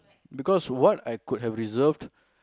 because what I could have reserved